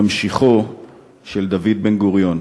ממשיכו של דוד בן-גוריון.